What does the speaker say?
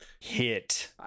hit